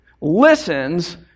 listens